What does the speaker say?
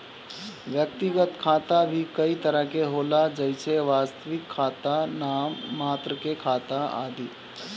व्यक्तिगत खाता भी कई तरह के होला जइसे वास्तविक खाता, नाम मात्र के खाता आदि